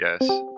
yes